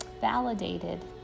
validated